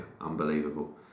Unbelievable